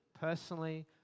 personally